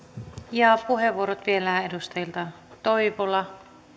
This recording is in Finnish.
puheenvuorot vielä edustajilta toivola